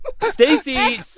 Stacy